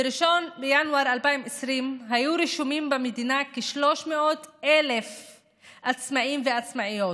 ב-1 בינואר 2020 היו רשומים במדינה כ-300,000 עצמאים ועצמאיות.